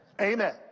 Amen